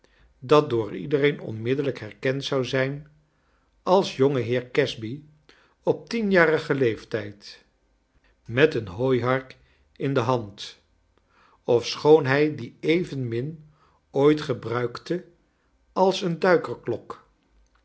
dat door iedcreen onmiddellijk herkend zou zijn als jongenheer casby op tien jarigen leeftijd met een hooihark in de hand ofschoon hij die evenmin ooit gebruikte als een